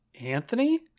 Anthony